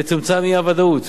תצומצם האי-ודאות